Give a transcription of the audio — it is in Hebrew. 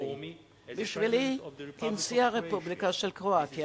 בשבילי, כנשיא הרפובליקה של קרואטיה,